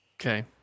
Okay